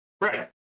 Right